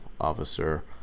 officer